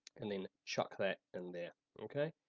and then chuck that in there, okay.